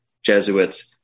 Jesuits